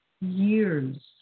years